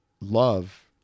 love